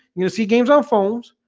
you know see games our phones.